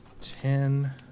ten